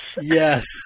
Yes